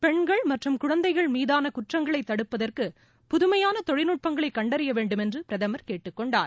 பெண்கள் மற்றும் குழந்தைகள் மீதான குற்றங்களை தடுப்பதற்கு புதுமையான தொழில்நுட்பங்களை கண்டறியவேண்டும் என்று பிரதமர் கேட்டுக்கொண்டார்